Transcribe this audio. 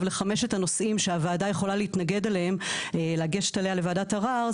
לחמשת הנושאים שהוועדה יכולה להתנגד אליהם לגשת עליה לוועדת ערער.